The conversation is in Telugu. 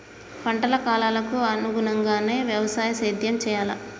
పంటల కాలాలకు అనుగుణంగానే వ్యవసాయ సేద్యం చెయ్యాలా?